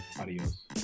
Adios